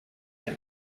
rim